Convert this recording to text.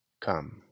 come